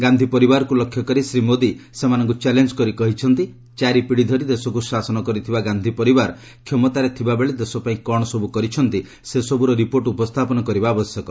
ଗାନ୍ଧି ପରିବାରକୁ ଲକ୍ଷ୍ୟ କରି ଶ୍ରୀ ମୋଦି ସେମାନଙ୍କୁ ଚ୍ୟାଲେଞ୍ଜ୍ କରି କହିଛନ୍ତି ଚାରି ପିଢ଼ି ଧରି ଦେଶକୁ ଶାସନ କରିଥିବା ଗାନ୍ଧି ପରିବାର କ୍ଷମତାରେ ଥିବାବେଳେ ଦେଶପାଇଁ କ'ଣ ସବୁ କରିଛନ୍ତି ସେସବୁର ରିପୋର୍ଟ ଉପସ୍ଥାପନ କରିବା ଆବଶ୍ୟକ